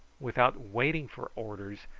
without waiting for orders,